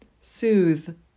soothe